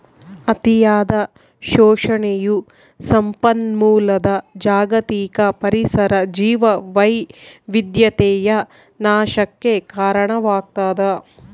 ಅತಿಯಾದ ಶೋಷಣೆಯು ಸಂಪನ್ಮೂಲದ ಜಾಗತಿಕ ಪರಿಸರ ಜೀವವೈವಿಧ್ಯತೆಯ ನಾಶಕ್ಕೆ ಕಾರಣವಾಗ್ತದ